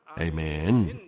Amen